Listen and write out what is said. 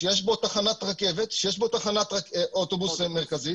שיש בו תחנת רכבת, שיש בו תחנת אוטובוס מרכזית